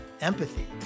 empathy